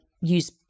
use